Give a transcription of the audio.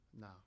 No